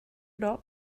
dag